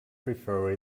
prefer